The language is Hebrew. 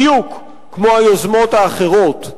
בדיוק כמו היוזמות האחרות,